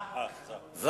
זחאלקה, אמרתי.